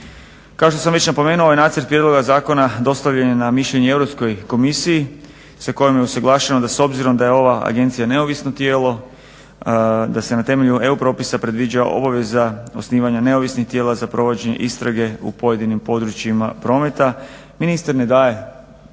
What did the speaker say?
Kao što sam već napomenuo ovaj nacrt prijedloga zakona dostavljen je na mišljenje Europskoj komisiji sa kojom je usuglašeno da s obzirom da je ova agencija neovisno tijelo, da se na temelju EU propisa predviđa obaveza osnivanja neovisnih tijela za provođenje istrage u pojedinim područjima prometa. Ministar ne daje